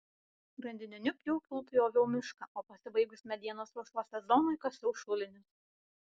grandininiu pjūklu pjoviau mišką o pasibaigus medienos ruošos sezonui kasiau šulinius